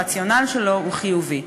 הרציונל שלו הוא חיובי?